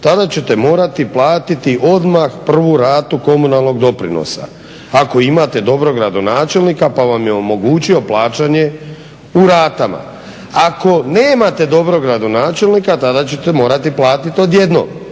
tada ćete morati platiti odmah prvu radu komunalnog doprinosa, ako imate dobrog gradonačelnika pa vam je omogućio plaćanje u ratama. Ako nemate dobrog gradonačelnika tada ćete morati platiti odjednom.